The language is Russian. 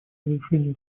разрешения